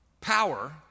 power